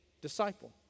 disciple